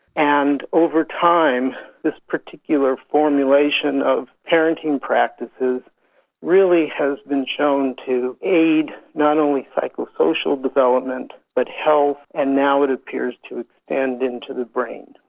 and over time this particular formulation of parenting practices really has been shown to aid not only psychosocial development but health, and now it appears to expand and into the brain.